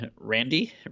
Randy